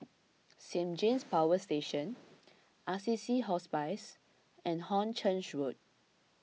Saint James Power Station Assisi Hospice and Hornchurch Road